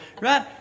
right